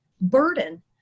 burden